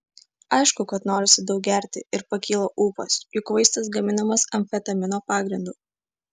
aišku kad norisi daug gerti ir pakyla ūpas juk vaistas gaminamas amfetamino pagrindu